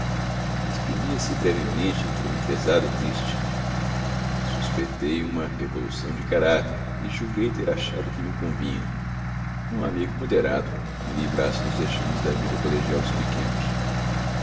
ternuras exprimia-se brevemente entre enfezado e triste suspeitei uma revolução de caráter e julguei ter achado o que me convinha um amigo moderado que me livrasse dos vexames da vida colegial dos pequenos